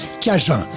cajun